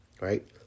Right